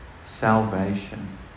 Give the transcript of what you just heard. salvation